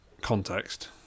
context